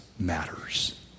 matters